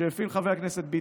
שהפעיל חבר הכנסת ביטון,